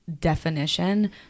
definition